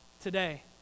today